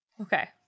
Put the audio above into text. Okay